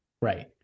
Right